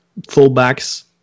fullbacks